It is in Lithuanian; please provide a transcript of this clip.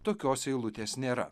tokios eilutės nėra